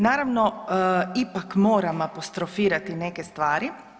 Naravno ipak moram apostrofirati neke stvari.